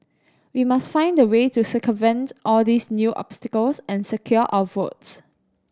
we must find a way to circumvent all these new obstacles and secure our votes